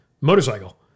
motorcycle